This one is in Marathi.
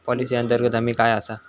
पॉलिसी अंतर्गत हमी काय आसा?